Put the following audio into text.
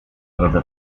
drodze